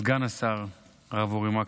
סגן השר הרב אורי מקלב,